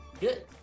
Good